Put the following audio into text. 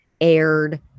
aired